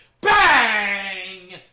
Bang